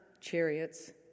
chariots